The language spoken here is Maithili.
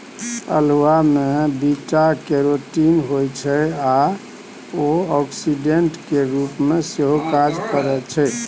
अल्हुआ मे बीटा केरोटीन होइ छै आ एंटीआक्सीडेंट केर रुप मे सेहो काज करय छै